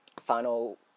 Final